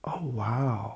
oh !wow!